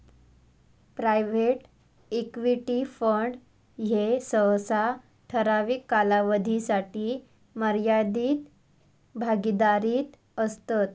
private equity fund ह्ये सहसा ठराविक कालावधीसाठी मर्यादित भागीदारीत असतत